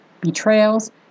betrayals